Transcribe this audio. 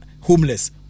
homeless